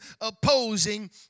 opposing